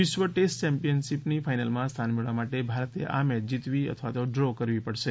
વિશ્વ ટેસ્ટ ચેમ્પિયનશિપની ફાઈનલમાં સ્થાન મેળવવા માટે ભારતે આ મેચ જીતવી અથવા તો ડ્રો કરવી પડશે